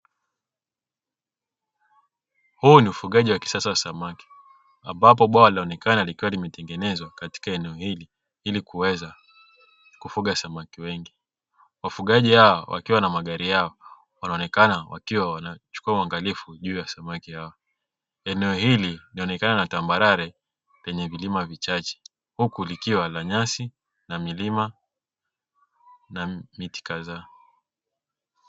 Huu ni ufugaji wa kisasa wa samaki ambapo bwawa linaonekana likiwa limetengenezwa katika eneo, hili ili kuweza kufuga samaki wengi wafugaji hao wakiwa na magari yao, wanaonekana wakiwa wanachukua uangalifu juu ya samaki hawa, eneo hili linaonekana tambarare lenye vilima vichache huku likiwa na nyasi na milima na miti kadhaa.